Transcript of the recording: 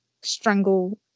Strangle